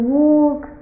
walk